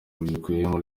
bikubiyemo